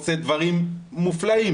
עושה דברים מופלאים,